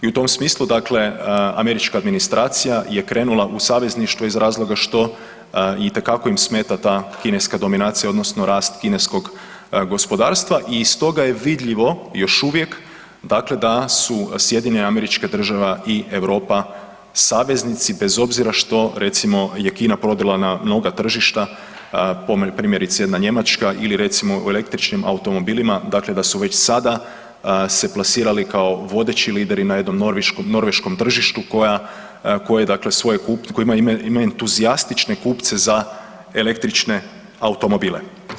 I u tom smislu američka administracija je krenula u savezništvo iz razloga što itekako im smeta ta kineska dominacija odnosno rast kineskog gospodarstva i iz toga je vidljivo još uvijek da su SAD i Europa saveznici bez obzira što recimo je Kina prodrla na mnoga tržišta, primjerice jedna Njemačka ili recimo u električnim automobilima da su već sada se plasirali vodeći lideri na jednom norveškom tržištu koja ima entuzijastične kupce za električne automobile.